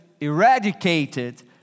eradicated